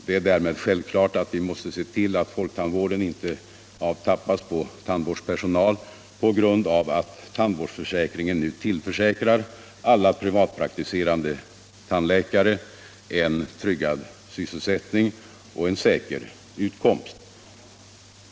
Det är därmed självklart att vi måste se till att folktandvården inte avtappas på tandvårdspersonal på grund av att tandvårdsförsäkringen tillförsäkrar alla privatpraktiserande tandläkare en tryggad sysselsättning och en säker utkomst.